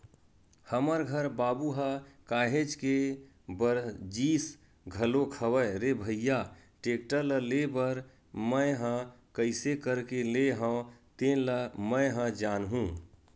हमर घर बाबू ह काहेच के बरजिस घलोक हवय रे भइया टेक्टर ल लेय बर मैय ह कइसे करके लेय हव तेन ल मैय ह जानहूँ